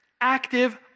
active